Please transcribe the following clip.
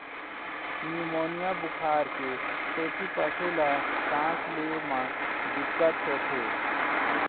pneumonia बुखार के सेती पशु ल सांस ले म दिक्कत होथे